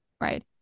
right